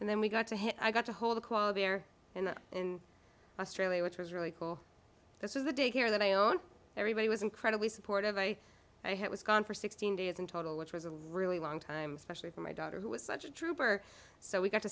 and then we got to him i got to hold the quality air in australia which was really cool this is the day care that i own everybody was incredibly supportive i was gone for sixteen days in total which was a really long time especially for my daughter who was such a trooper so we got to